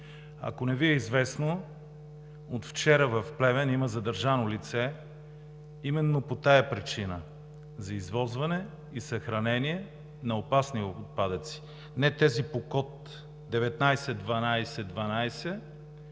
Ако не Ви е известно, от вчера в Плевен има задържано лице, именно по тази причина – за извозване и съхранение на опасни отпадъци, не тези по код 191212,